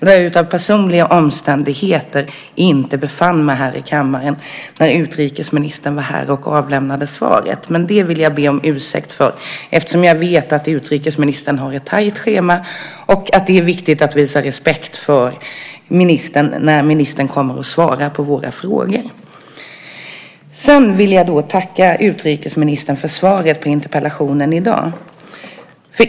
Det var personliga omständigheter som gjorde att jag inte befann mig här i kammaren när utrikesministern var här och avlämnade svaret, men jag vill be om ursäkt för det, eftersom jag vet att utrikesministern har ett tajt schema och att det är viktigt att visa respekt för ministern när ministern kommer och svarar på våra frågor. Sedan vill jag tacka utrikesministern för svaret på interpellationen i dag.